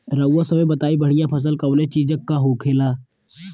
रउआ सभे बताई बढ़ियां फसल कवने चीज़क होखेला?